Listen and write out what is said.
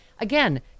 again